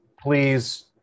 Please